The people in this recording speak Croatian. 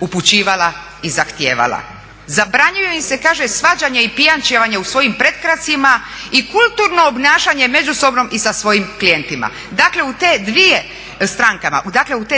upućivala i zahtijevala. Zabranjuju im se kaže svađanje i pijančevanje u svojim pretkracima i kulturno obnašanje međusobno i sa svojim klijentima. Dakle, u te dvije,